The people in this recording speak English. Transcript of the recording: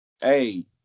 hey